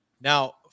Now